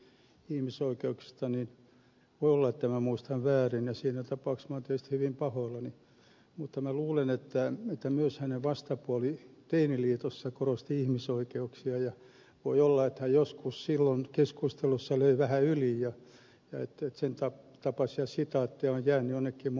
voi olla että muistan väärin ja siinä tapauksessa olen tietysti hyvin pahoillani mutta luulen että myös hänen vastapuolensa teiniliitossa korosti ihmisoikeuksia ja voi olla että hän joskus silloin keskustelussa löi vähän yli ja että sentapaisia sitaatteja on jäänyt jonnekin minun muistikoteloihini